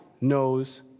knows